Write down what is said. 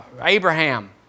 Abraham